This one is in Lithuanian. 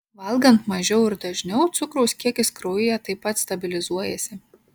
valgant mažiau ir dažniau cukraus kiekis kraujyje taip pat stabilizuojasi